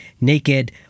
naked